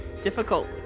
difficult